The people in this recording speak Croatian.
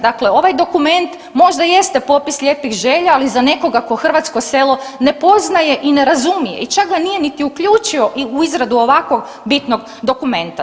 Dakle, ovaj dokument možda jeste popis lijepih želja, ali za nekoga ko hrvatsko selo ne poznaje i ne razumije i čak ga nije niti uključio u izradu ovakvog bitnog dokumenta.